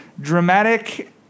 Dramatic